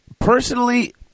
personally